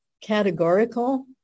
categorical